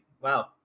wow